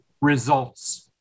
results